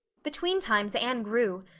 between times anne grew,